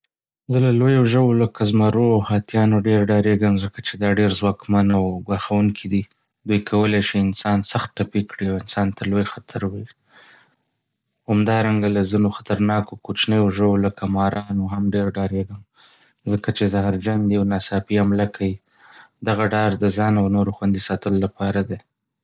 زه له لویو ژویو لکه زمرو او هاتیانو ډېر ډارېږم، ځکه چې دا ډېر ځواکمن او ګواښونکي دي. دوی کولی شي انسان سخت ټپي کړي او انسان ته لوی خطر وي. همدارنګه، له ځینو خطرناکو کوچنیو ژویو لکه مارانو هم ډارېږم، ځکه چې زهرجن دي او ناڅاپي حمله کوي. دغه ډار د ځان او نورو خوندي ساتلو لپاره دی.